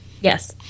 yes